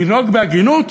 לנהוג בהגינות